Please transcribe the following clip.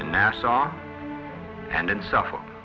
in nassau and suffolk